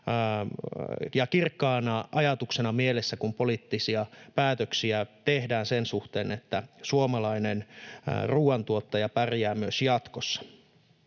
ja kirkkaana ajatuksena mielessä, kun poliittisia päätöksiä tehdään sen suhteen, että suomalainen ruoantuottaja pärjää myös jatkossa.